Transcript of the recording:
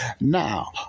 Now